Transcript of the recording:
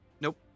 Nope